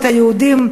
ואת היהודים,